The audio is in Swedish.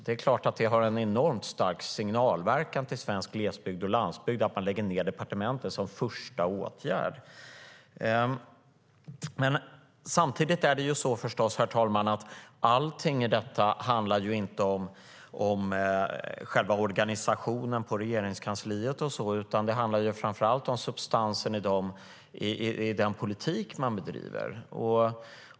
Det är klart att det har en enormt stark signalverkan på svensk glesbygd och landsbygd att man lägger ned departementet som första åtgärd. Men samtidigt är det förstås så, herr talman, att inte allting i detta handlar om själva organisationen på Regeringskansliet, utan det handlar framför allt om substansen i den politik man bedriver.